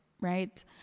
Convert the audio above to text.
right